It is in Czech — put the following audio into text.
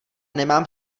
nemám